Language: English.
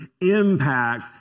impact